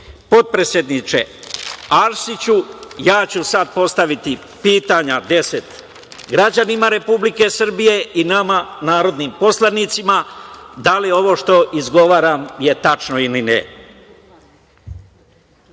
potpredsedniče Arsiću, ja ću sada postaviti pitanja, 10, građanima Republike Srbije i nama, narodnim poslanicima, da li je ovo što izgovaram je tačno ili ne.